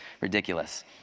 ridiculous